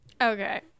Okay